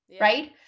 right